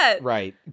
Right